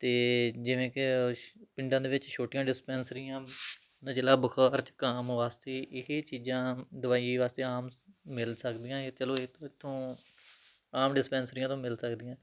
ਅਤੇ ਜਿਵੇਂ ਕਿ ਅ ਛੋ ਪਿੰਡਾਂ ਦੇ ਵਿੱਚ ਛੋਟੀਆਂ ਡਿਸਪੈਂਸਰੀਆਂ ਨਜਲਾ ਬੁਖਾਰ ਜੁਖਾਮ ਵਾਸਤੇ ਇਹ ਚੀਜ਼ਾਂ ਦਵਾਈ ਵਾਸਤੇ ਆਮ ਮਿਲ ਸਕਦੀਆਂ ਹੈ ਚਲੋ ਇੱਥੋਂ ਆਮ ਡਿਸਪੈਂਸਰੀਆਂ ਤੋਂ ਮਿਲ ਸਕਦੀਆਂ